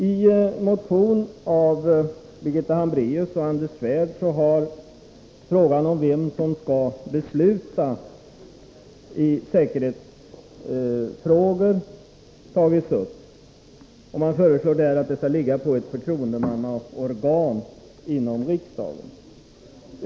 I motion av Birgitta Hambraeus och Anders Svärd har frågan om vem som skall besluta i säkerhetsfrågor tagits upp. Man föreslår att detta skall ligga på ett förtroendemannaorgan inom riksdagen.